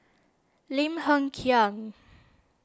Lim Hng Kiang